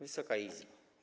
Wysoka Izbo!